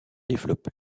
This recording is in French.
développe